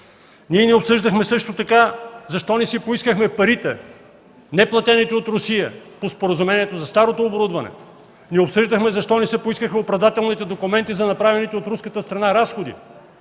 Ние не обсъждахме също така защо не си поискахме неплатените от Русия пари по споразумението за старото оборудване. Не обсъждахме защо не поискахме оправдателните документи за направените от руската страна разходи.